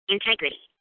Integrity